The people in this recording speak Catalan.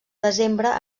desembre